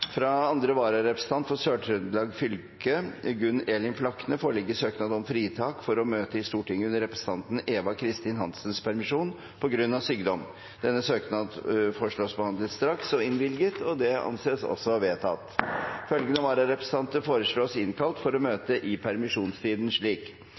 Fra andre vararepresentant for Sør-Trøndelag fylke, Gunn Elin Flakne , foreligger søknad om fritak for å møte i Stortinget under representanten Eva Kristin Hansens permisjon, på grunn av sykdom. Etter forslag fra presidenten ble enstemmig besluttet: Søknaden behandles straks og innvilges. Følgende vararepresentanter innkalles for å